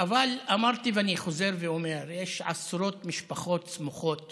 אבל אמרתי ואני חוזר ואומר: יש עשרות משפחות שסמוכות